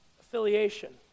affiliation